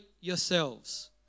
yourselves